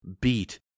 beat